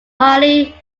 highly